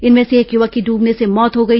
इनमें से एक युवक की डूबने से मौत हो गई